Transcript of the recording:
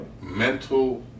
mental